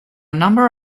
number